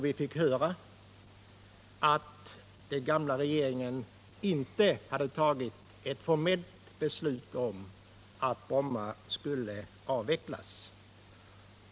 Vi fick då höra att den gamla regeringen inte fattat något formellt beslut om att Bromma skulle avvecklas.